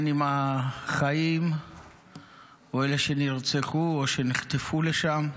אם החיים ואם אלו שנרצחו או שנחטפו לשם.